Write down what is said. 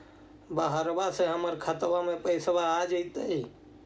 बहरबा से हमर खातबा में पैसाबा आ जैतय?